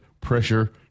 pressure